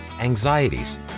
anxieties